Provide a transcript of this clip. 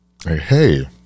Hey